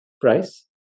price